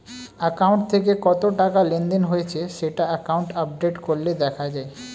account থেকে কত টাকা লেনদেন হয়েছে সেটা অ্যাকাউন্ট আপডেট করলে দেখা যায়